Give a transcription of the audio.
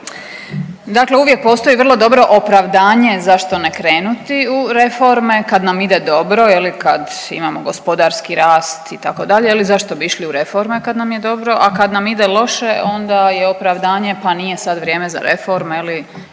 Dakle, uvijek postoji vrlo dobro opravdanje zašto ne krenuti u reforme kad nam ide dobro, kad imamo gospodarski rast itd. zašto bi išli u reforme kad nam je dobro, a kad nam ide loše onda je opravdanje pa nije sad vrijeme za reforme, loše